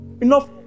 Enough